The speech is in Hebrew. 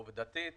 עובדתית